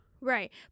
Right